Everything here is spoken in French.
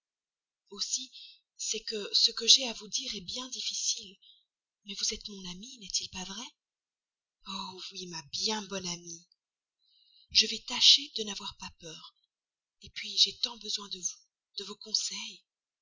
aussi c'est que ce que j'ai à vous dire est bien difficile mais vous êtes mon amie n'est-il pas vrai oh oui ma bien bonne amie je vais tâcher de ne pas avoir peur puis j'ai tant besoin de vous de vos conseils